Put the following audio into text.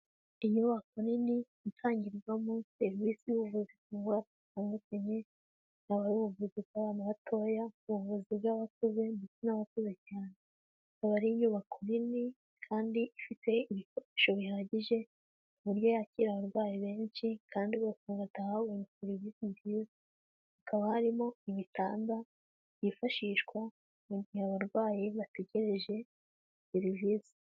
Inyubako nini itangirwamo serivisi y'ubuvuzi ku ndwara zitandukanye, yaba ari ubuvuzi bw'abana batoya, ubuvuzi bw'abakuze ndetse n'abakuze cyane. Akaba ari inyubako nini kandi ifite ibikoresho bihagije ku buryo yakira abarwayi benshi kandi bose bagataha babonye serivisi nziza. Hakaba harimo ibitanda byifashishwa mu gihe abarwayi bategereje serivisi.